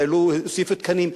הוסיפו תקנים,